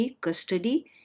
custody